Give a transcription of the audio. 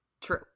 True